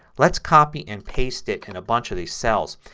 let's copy and paste it in a bunch of these cells.